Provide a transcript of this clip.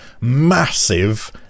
massive